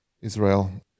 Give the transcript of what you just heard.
Israel